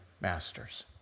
masters